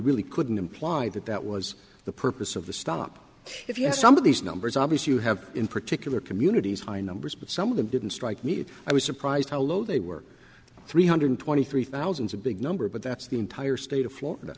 really couldn't imply that that was the purpose of the stop if you had some of these numbers obvious you have in particular communities high numbers but some of them didn't strike me that i was surprised how low they were three hundred twenty three thousands a big number but that's the entire state of florida